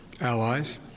allies